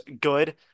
good